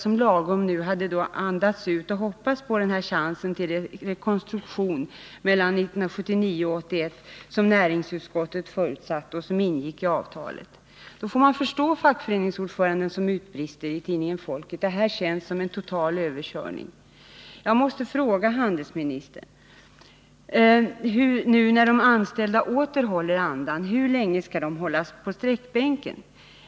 De hade nu andats ut och hoppats på den här chansen till rekonstruktion mellan 1979 och 1981 som näringsutskottet förutsatte och som ingick i avtalet. Då får man förstå fackföreningsordföranden som i tidningen Folket utbrister: ”Det här känns som en total överkörning.” Jag måste fråga handelsministern, nu när de anställda åter håller andan: Hur länge skall de hållas på sträckbänken?